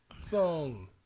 song